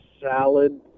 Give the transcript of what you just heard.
salad